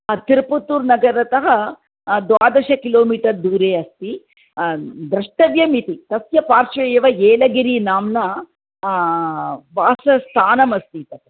तिरपत्तूर् नगरतः द्वादशकिलोमीटर् दूरे अस्ति द्रष्टव्यमिति तस्य पार्श्वे एव एलगिरी नाम्ना वासस्थानमस्ति तत्र